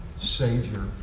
Savior